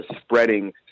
spreading